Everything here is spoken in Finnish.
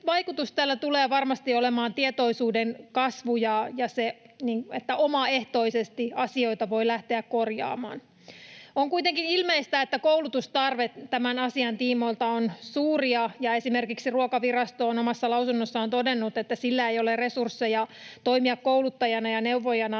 vaikutus tällä tulee varmasti olemaan tietoisuuden kasvuun niin, että omaehtoisesti asioita voi lähteä korjaamaan. On kuitenkin ilmeistä, että koulutustarve tämän asian tiimoilta on suuri. Esimerkiksi Ruokavirasto on omassa lausunnossaan todennut, että sillä ei ole resursseja toimia kouluttajana ja neuvojana